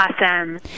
Awesome